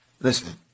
Listen